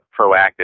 proactive